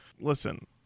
Listen